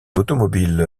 automobile